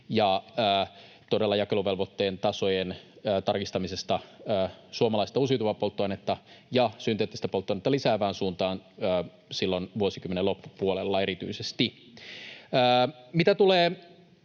ja todella jakeluvelvoitteen tasojen tarkistamisesta suomalaista uusiutuvaa polttoainetta ja synteettistä polttoainetta lisäävään suuntaan silloin vuosikymmenen loppupuolella erityisesti. Mitä tulee